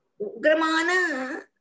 Gramana